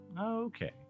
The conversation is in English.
Okay